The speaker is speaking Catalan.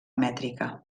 mètrica